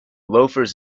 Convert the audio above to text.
loafers